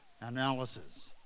Analysis